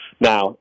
now